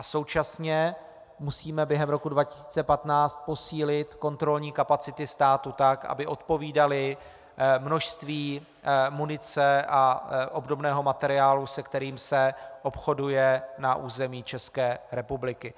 Současně musíme během roku 2015 posílit kontrolní kapacity státu, aby odpovídaly množství munice a obdobného materiálu, se kterým se obchoduje na území České republiky.